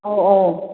ꯑꯧ ꯑꯧ